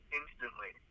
instantly